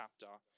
chapter